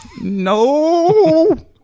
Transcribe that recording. No